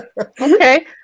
Okay